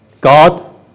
God